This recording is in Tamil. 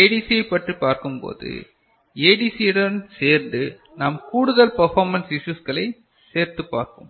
ADC ஐப் பற்றி பார்க்கும்போது ADC உடன் சேர்ந்து நாம் கூடுதல் பர்ஃபாமென்ஸ் இஸ்யூஸ்களை சேர்த்து பார்ப்போம்